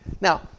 Now